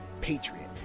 patriot